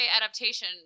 adaptation